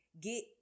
get